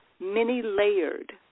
many-layered